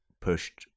pushed